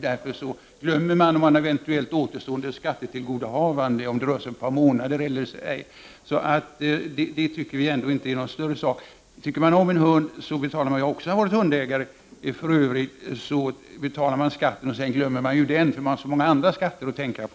Därför glömmer man ett eventuellt återstående skattetillgodohavande för några månader. Vi tycker inte att detta är någon större sak. Också jag har för övrigt varit hundägare. Tycker man om sin hund, betalar man skatten, och sedan glömmer man den, eftersom man har så många andra skatter att tänka på.